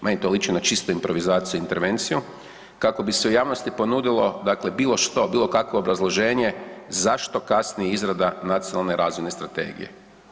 Meni to liči na čistu improvizaciju i intervenciju kako bi se u javnosti ponudilo bilo što, bilo kakvo obrazloženje zašto kasni izradi Nacionalne razvojne strategije.